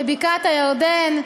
לבקעת-הירדן,